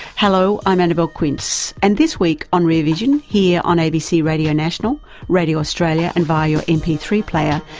hello, i'm annabelle quince, and this week on rear vision here on abc radio national, radio australia and via your m p three player,